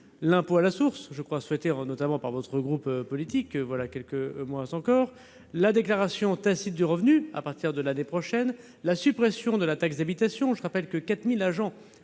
l'impôt à la source, souhaité notamment par votre groupe politique, voilà quelques mois encore, la déclaration tacite du revenu à partir de l'année prochaine et la suppression de la taxe d'habitation. Je rappelle que 4 000 agents